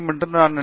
பேராசிரியர் ஆர்